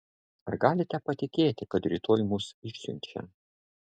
ar galite patikėti kad rytoj mus išsiunčia